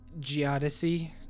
geodesy